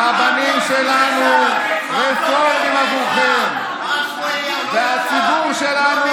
הרבנים שלנו רפורמים עבורכם והציבור שלנו